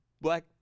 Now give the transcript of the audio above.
Black